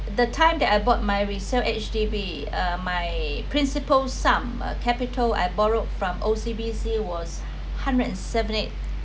the time that I bought my resale H_D_B uh my principal sum uh capital I borrowed from O_C_B_C was hundred and seven eight